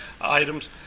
items